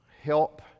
help